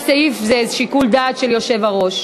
על-פי הסעיף זה שיקול דעת של היושב-ראש.